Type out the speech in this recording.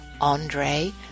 Andre